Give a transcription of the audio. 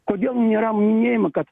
kodėl nėra minėjima kad